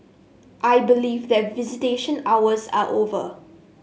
I believe that visitation hours are over